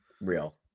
real